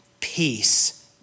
peace